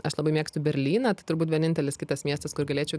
aš labai mėgstu berlyną tai turbūt vienintelis kitas miestas kur galėčiau